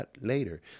later